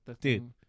Dude